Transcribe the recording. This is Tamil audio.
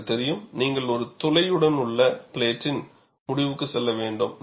உங்களுக்கு தெரியும் நீங்கள் ஒரு துளையுடனுள்ள பிளேட்டின் முடிவுக்கு செல்ல வேண்டும்